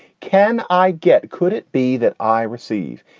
can i get. could it be that i receive?